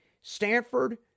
Stanford